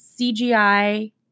CGI